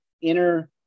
inner